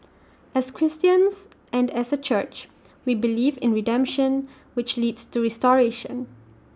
as Christians and as A church we believe in redemption which leads to restoration